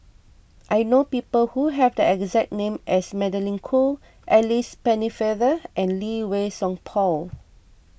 I know people who have the exact name as Magdalene Khoo Alice Pennefather and Lee Wei Song Paul